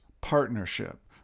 partnership